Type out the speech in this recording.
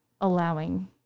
allowing